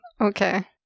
Okay